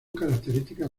características